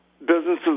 Businesses